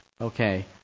Okay